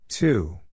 Two